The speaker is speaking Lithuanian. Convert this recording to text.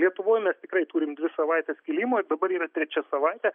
lietuvoj mes tikrai turim dvi savaites kilimo dabar yra trečia savaitė